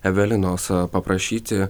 evelinos paprašyti